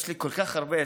יש לי כל כך הרבה.